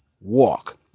walk